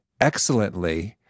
excellently